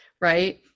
right